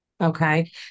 Okay